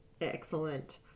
Excellent